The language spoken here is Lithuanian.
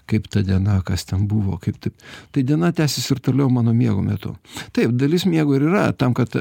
kaip ta diena kas ten buvo kaip taip tai diena tęsis ir toliau mano miego metu taip dalis miego ir yra tam kad